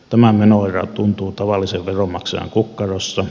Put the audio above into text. tämä menoerä tuntuu tavallisen veronmaksajan kukkarossa